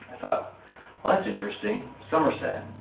thought well, that's interesting, somerset.